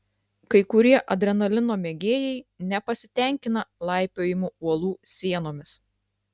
kai kurie adrenalino mėgėjai nepasitenkina laipiojimu uolų sienomis